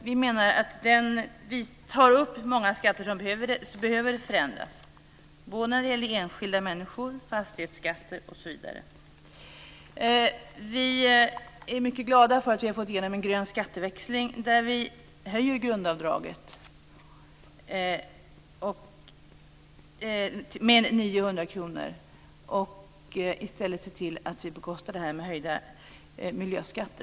Vi menar att den tar upp många skatter som behöver förändras när det gäller enskilda människor, fastighetsskatten osv. Vi är mycket glada för att vi har fått igenom en grön skatteväxling, där vi höjer grundavdraget med 900 kr och i stället ser till att vi bekostar det med höjda miljöskatter.